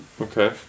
okay